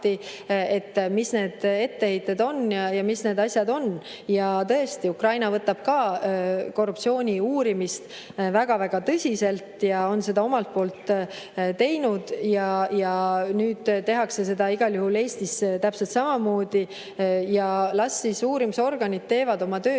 mis need etteheited on ja mis need asjad on. Tõesti, Ukraina võtab ka korruptsiooni uurimist väga-väga tõsiselt ja on seda omalt poolt teinud. Nüüd tehakse seda igal juhul Eestis täpselt samamoodi. Las siis uurimisorganid teevad oma tööd